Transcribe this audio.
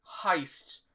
heist